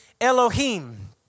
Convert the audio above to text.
Elohim